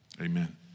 Amen